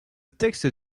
texte